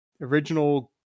Original